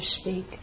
speak